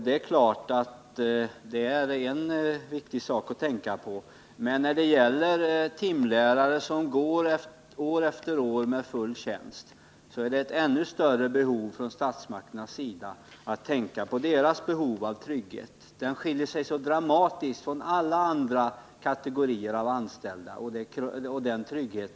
Det är klart att det är en sak som det är viktigt att tänka på, men det är ett ännu större behov av att statsmakterna tänker på tryggheten för de timlärare som går år efter år med full tjänst. Den kategorin anställda skiljer sig så dramatiskt från alla andra kategorier anställda i avseende på trygghet.